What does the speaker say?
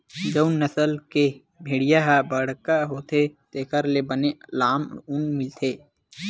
जउन नसल के भेड़िया ह बड़का होथे तेखर ले बने लाम ऊन मिलथे